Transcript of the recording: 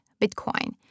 Bitcoin